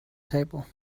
table